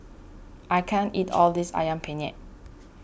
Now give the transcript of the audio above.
I can't eat all this Ayam Penyet